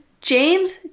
James